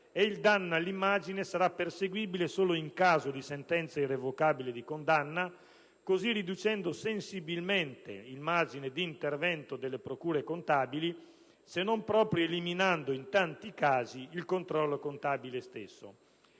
e il danno all'immagine sarà perseguibile solo in caso di sentenza irrevocabile di condanna, così riducendo sensibilmente il margine di intervento delle procure contabili, se non proprio eliminando in tanti casi il controllo contabile stesso.